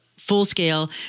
full-scale